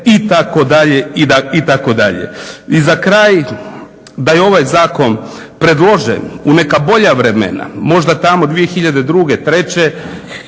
itd., itd. I za kraj, da je ovaj zakon predložen u neka bolja vremena, možda tamo 2002.,